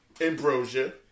ambrosia